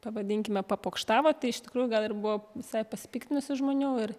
pavadinkime papokštavo tai iš tikrųjų gal ir buvo visai pasipiktinusių žmonių ir